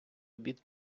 обід